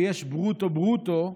ויש ברוטו-ברוטו,